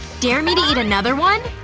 dare me to eat another one?